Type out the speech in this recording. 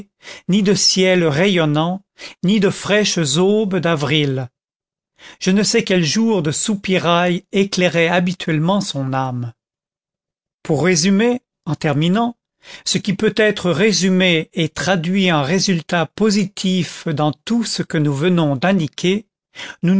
ni de ciel rayonnant ni de fraîches aubes d'avril je ne sais quel jour de soupirail éclairait habituellement son âme pour résumer en terminant ce qui peut être résumé et traduit en résultats positifs dans tout ce que nous venons d'indiquer